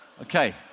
Okay